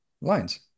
lines